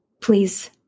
Please